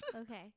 Okay